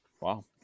Wow